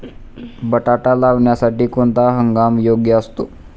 बटाटा लावण्यासाठी कोणता हंगाम योग्य असतो?